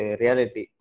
reality